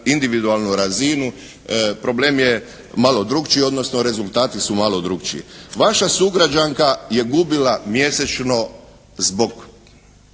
individualnu razinu problem je malo drukčiji odnosno rezultati su malo drukčiji. Vaša sugrađanka je gubila mjesečno zbog